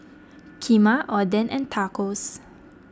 Kheema Oden and Tacos